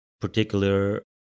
particular